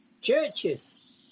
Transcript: Churches